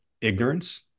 ignorance